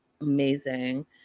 amazing